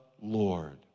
Lord